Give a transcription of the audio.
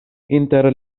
inter